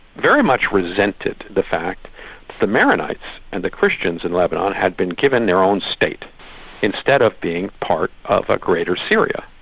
very much resented the fact that the maronites and the christians in lebanon, had been given their own state instead of being part of a greater syria,